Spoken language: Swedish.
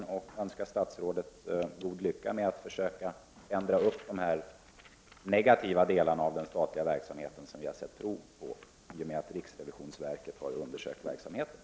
Jag vill också önska statsrådet god lycka med att försöka förändra de negativa inslag i den statliga verksamheten som vi har sett prov på i och med att riksrevisionsverket har undersökt denna verksamhet.